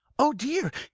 oh, dear!